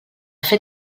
fer